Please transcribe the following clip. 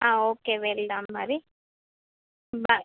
okay వెళ్దాం మరి bye